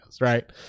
right